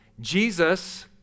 Jesus